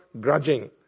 grudging